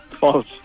False